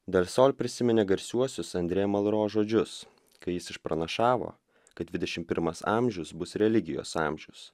del sol prisiminė garsiuosius andre malro žodžius kai jis išpranašavo kad dvidešimt pirmas amžius bus religijos amžius